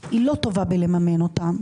היא לא טובה במימון שלהן,